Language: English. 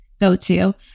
go-to